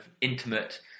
intimate